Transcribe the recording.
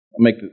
Make